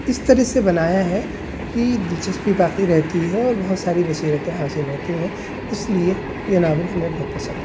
اس طرح سے بنایا ہے کہ دلچسپی باقی رہتی ہے اور بہت ساری بصیرتیں حاصل ہوتی ہیں اس لیے یہ ناول ہمیں بہت پسند ہیں